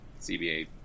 CBA